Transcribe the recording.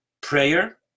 prayer